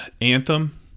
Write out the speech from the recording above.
Anthem